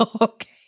Okay